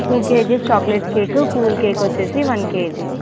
two K Gs chocolate cake cool cake వచ్చేసి one K G